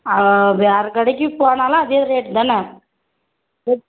ஆ வேறு கடைக்கு போனாலும் அதே ரேட்டு தானே எப்